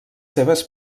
seves